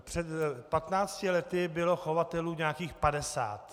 Před patnácti lety bylo chovatelů nějakých padesát.